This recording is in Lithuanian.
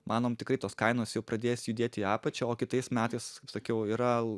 manom tikrai tos kainos jau pradės judėt į apačią o kitais metais kaip sakiau yra